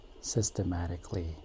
systematically